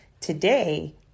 Today